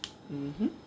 mmhmm